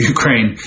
Ukraine